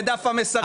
זה דף המסרים.